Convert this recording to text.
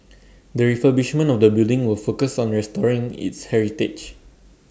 the refurbishment of the building will focus on restoring its heritage